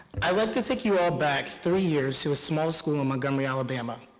i'd like to take you all back three years to a small school in montgomery, alabama,